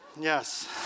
Yes